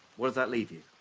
what does that leave you?